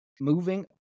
moving